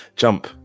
jump